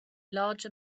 large